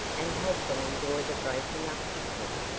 and help them enjoy the breaking up picnic.